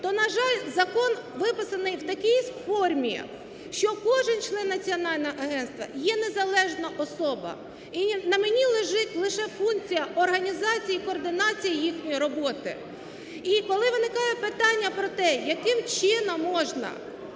то, на жаль, закон виписаний в такій формі, що кожен член Національного агентства є незалежна особа. І на мені лежить лише функція організації і координації їхньої роботи. І коли виникає питання про те, яким чином можна